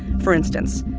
for instance,